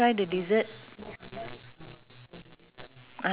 fitness and sports arts and culture